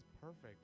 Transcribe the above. perfect